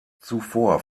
zuvor